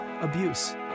abuse